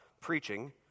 preaching